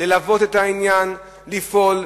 ללוות את העניין, לפעול,